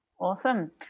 Awesome